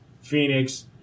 Phoenix